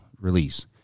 release